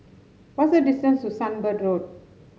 what is the distance to Sunbird Road